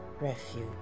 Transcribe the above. refuge